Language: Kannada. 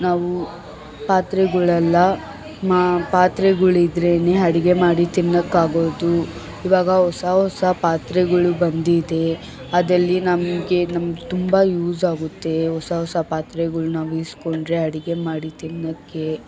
ನಾವು ಪಾತ್ರೆಗಳೆಲ್ಲ ಪಾತ್ರೆಗಳಿದ್ರೇ ಅಡ್ಗೆ ಮಾಡಿ ತಿನ್ನೊಕ್ಕಾಗೋದು ಇವಾಗ ಹೊಸ ಹೊಸ ಪಾತ್ರೆಗಳು ಬಂದಿದೆ ಅದಲ್ಲಿ ನಮಗೆ ನಮ್ಗೆ ತುಂಬ ಯೂಸ್ ಆಗುತ್ತೆ ಹೊಸ ಹೊಸ ಪಾತ್ರೆಗಳ್ ನಾವು ಇಸ್ಕೊಂಡರೆ ಅಡಿಗೆ ಮಾಡಿ ತಿನ್ನೊಕ್ಕೆ